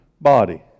body